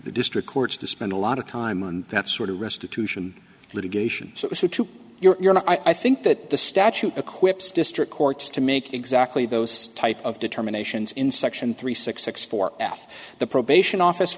the district courts to spend a lot of time and that sort of restitution litigation so you're not i think that the statute equips district courts to make exactly those type of determinations in section three six six four f the probation office